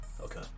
Okay